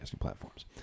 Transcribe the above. platforms